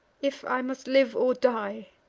if i must live or die.